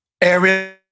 Area